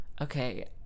okay